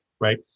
right